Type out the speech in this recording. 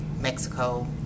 Mexico